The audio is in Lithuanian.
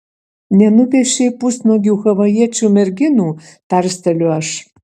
nenupiešei pusnuogių havajiečių merginų tarsteliu aš